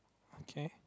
okay